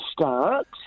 start